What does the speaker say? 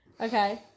okay